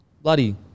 bloody